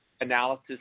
analysis